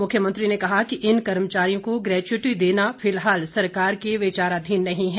मुख्यमंत्री ने कहा कि इन कर्मचारियों को ग्रेच्युटी देना फिलहाल सरकार के विचाराधीन नहीं है